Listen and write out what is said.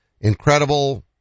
incredible